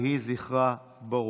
יהי זכרה ברוך.